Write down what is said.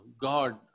God